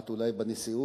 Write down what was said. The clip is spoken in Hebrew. את אולי בנשיאות,